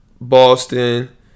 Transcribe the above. Boston